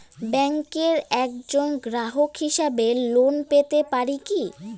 ব্যাংকের একজন গ্রাহক হিসাবে লোন পেতে পারি কি?